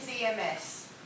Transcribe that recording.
EMS